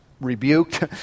rebuked